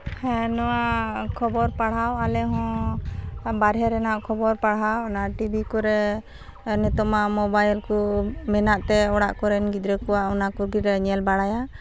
ᱦᱮᱸ ᱱᱚᱣᱟ ᱠᱷᱚᱵᱚᱨ ᱯᱟᱲᱦᱟᱣ ᱟᱞᱮ ᱦᱚᱸ ᱵᱟᱨᱦᱮ ᱨᱮᱱᱟᱜ ᱠᱷᱚᱵᱚᱨ ᱯᱟᱲᱦᱟᱣ ᱚᱱᱟ ᱴᱤᱵᱷᱤ ᱠᱚᱨᱮ ᱱᱤᱛᱳᱜ ᱢᱟ ᱢᱳᱵᱟᱭᱤᱞ ᱠᱚ ᱢᱮᱱᱟᱜ ᱛᱮ ᱚᱲᱟᱜ ᱠᱚᱨᱮᱱ ᱜᱤᱫᱽᱨᱟᱹ ᱠᱚᱣᱟᱜ ᱚᱱᱟ ᱠᱚᱜᱮ ᱞᱮ ᱧᱮᱞ ᱵᱟᱲᱟᱭᱟ